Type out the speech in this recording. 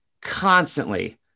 constantly